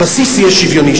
הבסיס יהיה שוויוני,